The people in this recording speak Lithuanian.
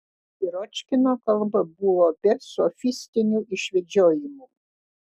piročkino kalba buvo be sofistinių išvedžiojimų